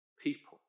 people